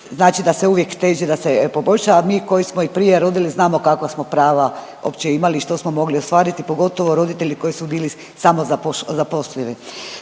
znači da se uvijek teži da se poboljša, a mi koji smo i prije rodili znamo kakva smo prava uopće imali i što smo mogli ostvariti, pogotovo roditelji koji su bili samozapošljivi,